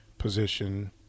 position